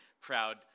proud